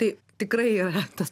tai tikrai yra tas